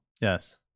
yes